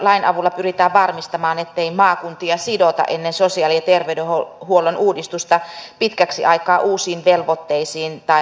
lain avulla pyritään varmistamaan ettei maakuntia sidota ennen sosiaali ja terveydenhuollon uudistusta pitkäksi aikaa uusiin velvoitteisiin tai rakennushankkeisiin